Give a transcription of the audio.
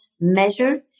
measure